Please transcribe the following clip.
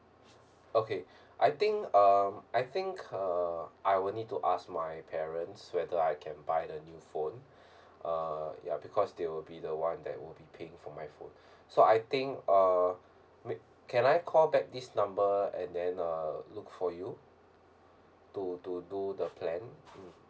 okay I think um I think uh I will need to ask my parents whether I can buy the new phone uh ya because they will be the one that will be paying for my phone so I think uh maybe can I call back this number and then uh look for you to to do the plan mm